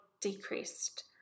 decreased